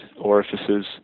orifices